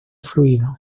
fluido